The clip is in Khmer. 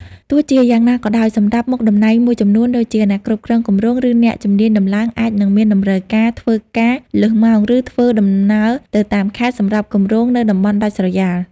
ទោះជាយ៉ាងណាក៏ដោយ សម្រាប់មុខតំណែងមួយចំនួនដូចជា អ្នកគ្រប់គ្រងគម្រោង ឬអ្នកជំនាញដំឡើងអាចនឹងមានតម្រូវការ ធ្វើការលើសម៉ោង ឬធ្វើដំណើរទៅតាមខេត្ត សម្រាប់គម្រោងនៅតំបន់ដាច់ស្រយាល។